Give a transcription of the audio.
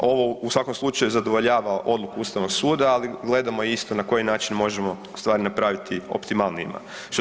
A ovo u svakom slučaju zadovoljava odluku ustavnog suda, ali gledamo isto na koji način možemo u stvari napraviti optimalnijima.